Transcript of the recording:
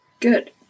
Good